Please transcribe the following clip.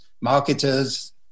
marketers